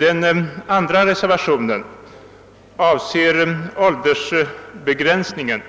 Den andra reservationen avser begränsningen av